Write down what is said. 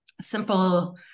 simple